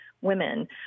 women